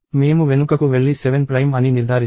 మేము వెనుకకు వెళ్లి 7 ప్రైమ్ అని నిర్ధారిస్తాము